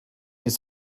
his